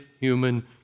human